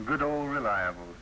good old reliable